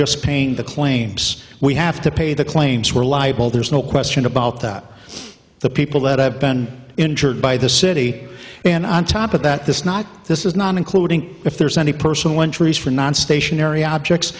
just paying the claims we have to pay the claims we're liable there's no question about that the people that have been injured by the city and on top of that this is not this is not including if there's any personal injuries for not stationary objects